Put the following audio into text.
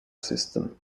system